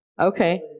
Okay